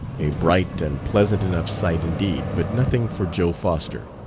a bright and pleasant enough sight indeed, but nothing for joe foster.